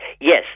Yes